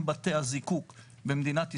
בין בתי הזיקוק במדינת ישראל,